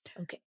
Okay